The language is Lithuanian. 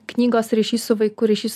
knygos ryšys su vaiku ryšys